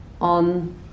on